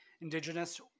Indigenous